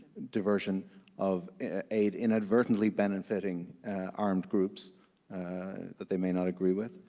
diversion of aid inadvertently benefiting armed groups that they may not agree with,